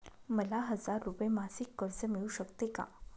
मला हजार रुपये मासिक कर्ज मिळू शकते का?